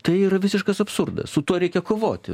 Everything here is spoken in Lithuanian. tai yra visiškas absurdas su tuo reikia kovoti